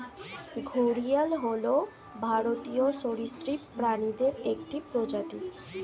ঘড়িয়াল হল ভারতীয় সরীসৃপ প্রাণীদের একটি প্রজাতি